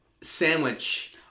sandwich